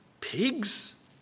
pigs